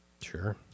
Sure